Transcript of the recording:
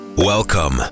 Welcome